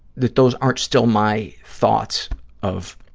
that those aren't still my thoughts of